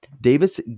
Davis